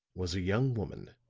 was a young woman.